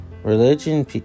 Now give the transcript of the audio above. Religion